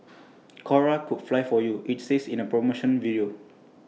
cora could fly for you IT says in A promotional video